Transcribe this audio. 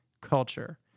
culture